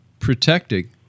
protecting